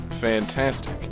fantastic